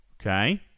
Okay